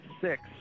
six